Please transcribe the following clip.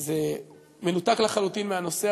זה מנותק לחלוטין מהנושא,